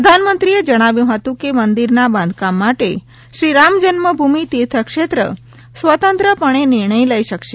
પ્રધાનમંત્રીએ જણાવ્યું હતું કે મંદિરના બાંધકામ માટે શ્રી રામજન્મભૂમિ તીર્થ ક્ષેત્ર સ્વતંત્ર પણે નિર્ણય લઈ શકશે